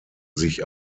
sich